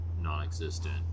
non-existent